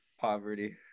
Poverty